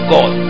God